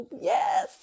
yes